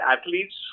athletes